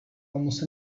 almost